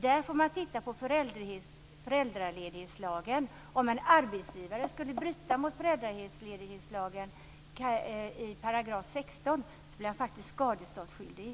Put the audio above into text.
Där får man titta på föräldraledighetslagen. En arbetsgivare som bryter mot föräldraledighetslagens 16 § blir skadeståndsskyldig.